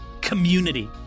Community